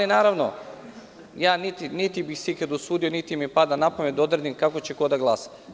Naravno, ja niti bih se ikada usudio, niti mi pada napamet da odredim kako će ko da glasa.